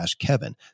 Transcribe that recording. kevin